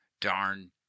Darn